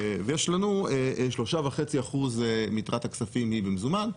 ויש לנו 3.5% מיתרת הכספים היא במזומן.